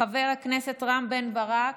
חבר הכנסת רם בן ברק,